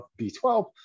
B12